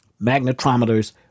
Magnetometers